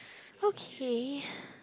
okay